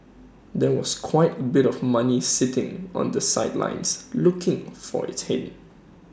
there was quite A bit of money sitting on the sidelines looking for its hint